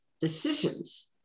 decisions